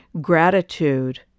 gratitude